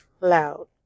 loud